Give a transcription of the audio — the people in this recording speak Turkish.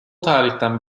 tarihten